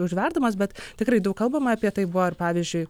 užverdamas bet tikrai daug kalbama apie tai buvo ir pavyzdžiui